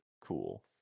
cool